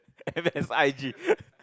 M S I G